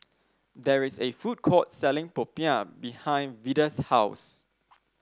there is a food court selling Popiah behind Vida's house